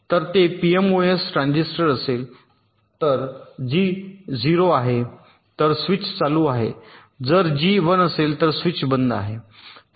जर ते PMOS transistor असेल तर तर जी 0 आहे तर स्विच चालू आहे जर जी 1 असेल तर स्विच बंद आहे